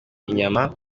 inyama